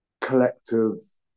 collectors